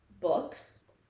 books